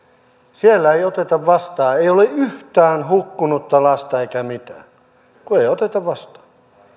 siellä ei oteta vastaan ei ole yhtään hukkunutta lasta eikä mitään kun ei oteta vastaan